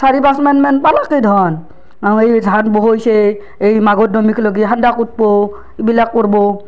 চাৰি পাঁচ মেন মান পালাকে ধন আৰো এই ধান বহেইছে এই মাঘৰ দোমহীক ল'গি সান্দাহ কুটবো এইবিলাক কৰবো